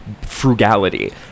frugality